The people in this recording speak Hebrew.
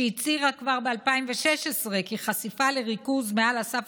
שהצהירה כבר ב-2016 כי חשיפה לכלורופיריפוס בריכוז מעל הסף